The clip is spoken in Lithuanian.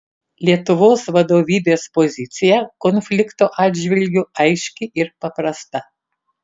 lietuvos vadovybės pozicija konflikto atžvilgiu aiški ir paprasta